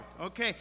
Okay